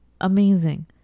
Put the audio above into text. amazing